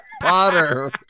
Potter